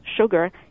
sugar